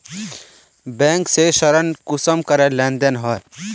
Bank से ऋण कुंसम करे लेन देन होए?